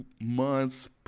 months